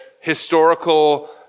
historical